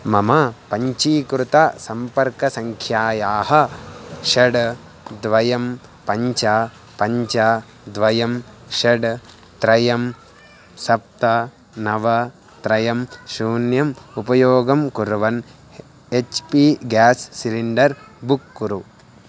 मम पञ्जीकृत सम्पर्कसङ्ख्यायाः षड् द्वयं पञ्च पञ्च द्वयं षड् त्रयं सप्त नव त्रयं शून्यम् उपयोगं कुर्वन् H P gas cylinder book कुरु